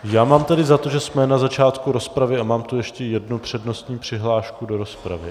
Já mám tedy za to, že jsme na začátku rozpravy, a mám tu ještě jednu přednostní přihlášku do rozpravy.